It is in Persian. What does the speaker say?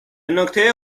نکته